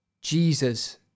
jesus